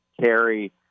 carry